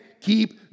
keep